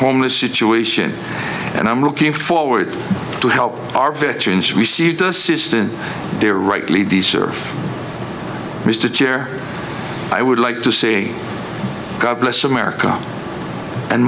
homeless situation and i'm looking forward to help our veterans received assistance they are rightly deserve mr chair i would like to say god bless america and